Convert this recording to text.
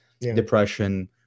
depression